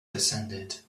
descended